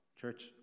church